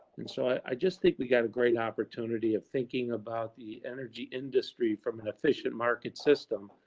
and so i, i just think we got a great opportunity of thinking about the energy industry from an efficient market system.